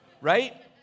right